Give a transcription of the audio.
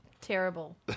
terrible